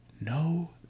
no